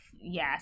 yes